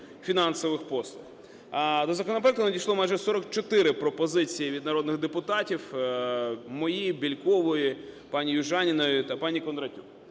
До законопроекту надійшло майже 44 пропозиції від народних депутатів – мої, Бєлькової, пані Южаніної та пані Кондратюк.